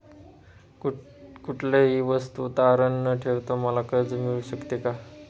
कुठलीही वस्तू तारण न ठेवता मला कर्ज मिळू शकते का?